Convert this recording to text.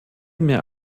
mir